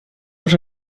вже